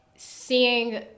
Seeing